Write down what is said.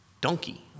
donkey